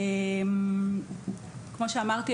כמו שאמרתי,